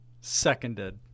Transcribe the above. Seconded